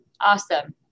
Awesome